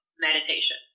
meditation